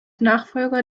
nachfolger